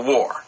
War